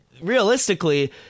realistically